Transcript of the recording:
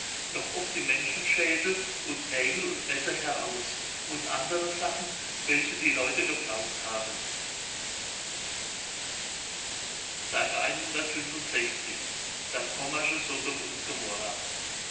noch oft die menschenschädel und nägel und messer heraus und andere sachen welche die leute gebraucht haben das pommersche sodom und gomorrha